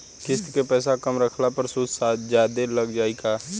किश्त के पैसा कम रखला पर सूद जादे लाग जायी का?